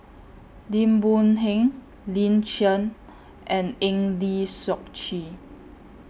Lim Boon Heng Lin Chen and Eng Lee Seok Chee